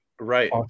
right